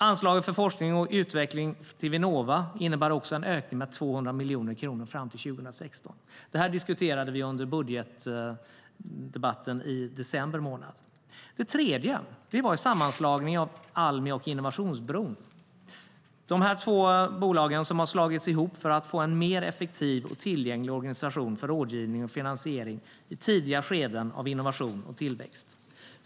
Anslaget för forskning och utveckling till Vinnova innebär en ökning med 200 miljoner kronor under åren fram till 2016. Det här diskuterade vi under budgetdebatten i december. Det tredje var sammanslagningen av Almi och Innovationsbron. Dessa två bolag har slagits ihop för att få en mer effektiv och tillgänglig organisation för rådgivning och finansiering i tidiga skeden av innovation och tillväxt.